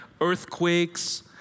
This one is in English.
earthquakes